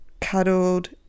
cuddled